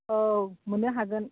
औ मोनो हागोन